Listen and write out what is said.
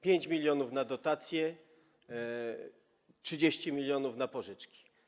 5 mln na dotacje, 30 mln na pożyczki.